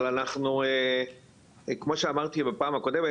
אבל כמו שאמרתי בפעם הקודמת,